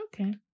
Okay